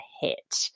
hit